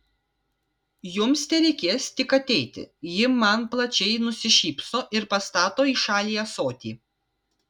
jums tereikės tik ateiti ji man plačiai nusišypso ir pastato į šalį ąsotį